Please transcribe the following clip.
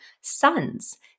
sons